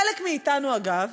חלק מאתנו, אגב,